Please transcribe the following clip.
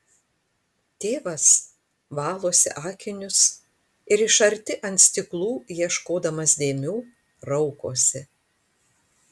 tėvas valosi akinius ir iš arti ant stiklų ieškodamas dėmių raukosi